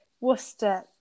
Worcester